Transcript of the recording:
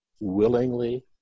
willingly